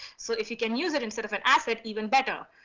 so if you can use it instead of an asset even better.